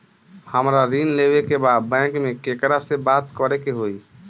हमरा ऋण लेवे के बा बैंक में केकरा से बात करे के होई?